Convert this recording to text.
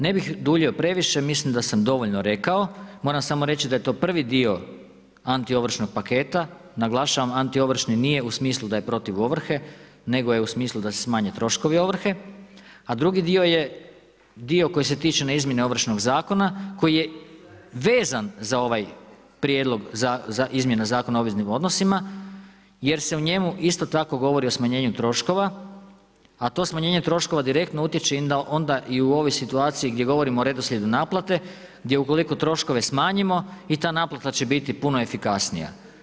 Ne bih duljio previše, mislim da sam dovoljno rekao, moram samo reći da je to prvi dio antiovršnog paketa, naglašavam antiovršni nije u smislu da je protiv ovrhe nego je u smislu da se smanje troškovi ovrhe a drugi dio je dio koji se tiče na izmjene Ovršnog zakona koji je vezan za ovaj prijedlog izmjene Zakona o obveznim odnosima jer se u njemu isto tako govori o smanjenju troškova a to smanjenje troškova direktno utječe i onda i u ovoj situaciji gdje govorimo o redoslijedu naplate gdje ukoliko troškove smanjimo i ta naplata će biti puno efikasnija.